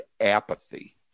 apathy